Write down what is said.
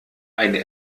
eine